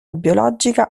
biologica